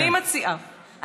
אני מציעה: